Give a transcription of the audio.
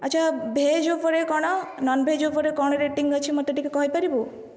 ଆଚ୍ଛା ଭେଜ୍ ଉପରେ କ'ଣ ନନ ଭେଜ୍ ଉପରେ କ'ଣ ରେଟିଙ୍ଗ୍ ଅଛି ମତେ ଟିକେ କହିପାରିବୁ